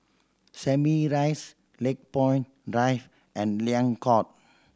Simei Rise Lakepoint Drive and Liang Court